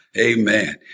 Amen